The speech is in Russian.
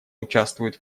участвует